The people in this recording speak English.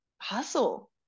hustle